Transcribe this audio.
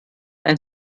ein